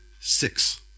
six